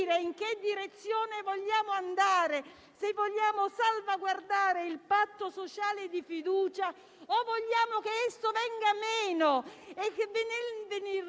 in che direzione vogliamo andare, se vogliamo salvaguardare il patto sociale di fiducia o vogliamo che esso venga meno; con il